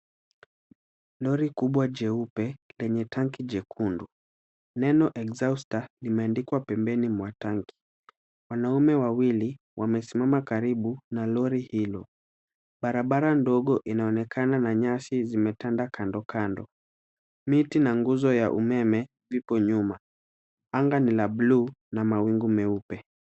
Lori kubwa jeupe lenye tanki jekundu, neno exhauster limeandikwa pembeni mwa tanki. Wanaume wawili wamesimama karibu na lori hilo. Barabara ndogo inaonekana na nyasi zimetanda kando kando. Miti na nguzo ya umeme vipo nyuma, anga ni la bluu na mawingu meupe.